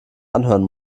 anhören